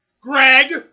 Greg